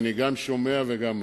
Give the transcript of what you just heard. שאני גם שומע וגם מקשיב.